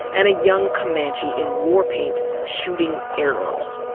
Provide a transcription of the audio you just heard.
and a young comanche, in war paint, shooting arrows.